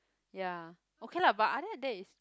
ya okay lah but other than that is